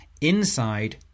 inside